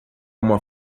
uma